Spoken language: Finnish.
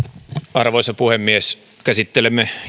arvoisa puhemies käsittelemme